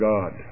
God